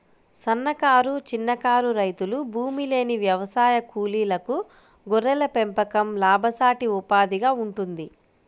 సన్నకారు, చిన్నకారు రైతులు, భూమిలేని వ్యవసాయ కూలీలకు గొర్రెల పెంపకం లాభసాటి ఉపాధిగా ఉంటుంది